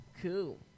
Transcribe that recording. Cool